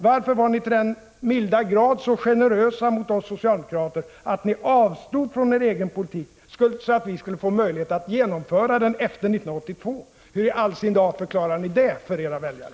Varför var ni så till den milda grad generösa mot oss socialdemokrater att ni avstod från er egen politik, så att vi skulle få möjlighet att genomföra den efter 1982? Hur i all sin dar förklarar ni detta för era väljare?